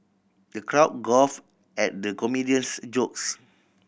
the crowd guffaw at the comedian's jokes